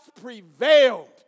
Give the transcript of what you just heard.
prevailed